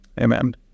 Amen